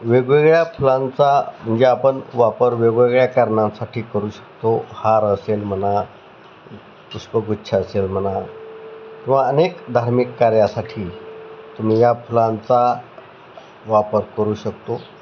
वेगवेगळ्या फुलांचा म्हणजे आपण वापर वेगवेगळ्या कारणांसाठी करू शकतो हार असेल म्हणा पुष्पगुच्छ असेल म्हणा किंवा अनेक धार्मिक कार्यासाठी तुम्ही या फुलांचा वापर करू शकतो